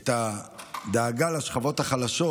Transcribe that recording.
את הדאגה לשכבות החלשות,